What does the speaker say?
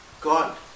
God